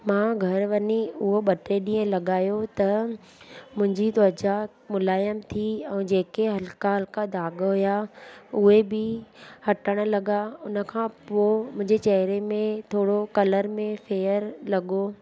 मां घर वञी उहो ॿ टे ॾींहं लॻायो त मुंहिंजी त्वचा मुलायम थी ऐं जेके हल्का हल्का दाग हुया उहे बि हटण लॻा उनखां पोइ मुंहिंजे चहिरे में थोरो कलर में फेयर लॻो